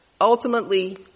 Ultimately